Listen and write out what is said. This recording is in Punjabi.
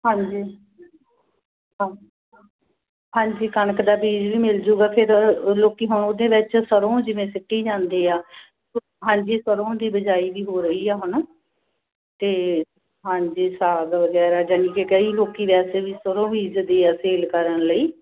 ਹਾਂਜੀ ਹਾਂਜੀ ਹਾਂਜੀ ਕਣਕ ਦਾ ਬੀਜ ਵੀ ਮਿਲ ਜੂਗਾ ਫਿਰ ਲੋਕ ਹੁਣ ਉਹਦੇ ਵਿੱਚ ਸਰ੍ਹੋਂ ਜਿਵੇਂ ਸੁੱਟੀ ਜਾਂਦੇ ਆ ਹਾਂਜੀ ਸਰ੍ਹੋਂ ਦੀ ਬਿਜਾਈ ਵੀ ਹੋ ਰਹੀ ਆ ਹੈ ਨਾ ਅਤੇ ਹਾਂਜੀ ਸਾਗ ਵਗੈਰਾ ਜਾਣੀ ਕਿ ਕਈ ਲੋਕ ਵੈਸੇ ਵੀ ਸਰ੍ਹੋਂ ਬੀਜਦੇ ਆ ਸੇਲ ਕਰਨ ਲਈ